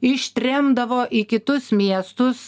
ištremdavo į kitus miestus